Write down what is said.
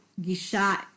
gishat